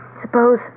Suppose